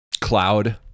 cloud